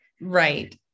Right